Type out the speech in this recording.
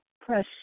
press